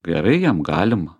gerai jam galima